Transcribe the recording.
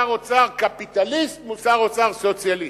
זה לא שר אוצר קפיטליסט מול שר אוצר סוציאליסט,